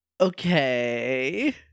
Okay